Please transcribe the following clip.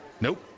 Nope